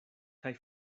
kaj